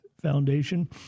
Foundation